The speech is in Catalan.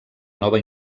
nova